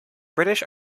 british